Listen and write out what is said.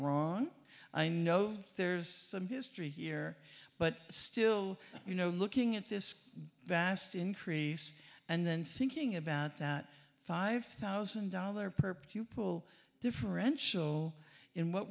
wrong i know there's some history here but still you know looking at this vast increase and then thinking about that five thousand dollars per pupil differential in what